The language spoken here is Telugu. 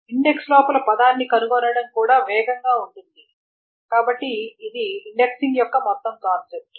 కాబట్టి ఇండెక్స్ లోపల పదాన్ని కనుగొనడం కూడా వేగంగా ఉంటుంది కాబట్టి ఇది ఇండెక్సింగ్ యొక్క మొత్తం కాన్సెప్ట్